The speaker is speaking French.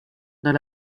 dans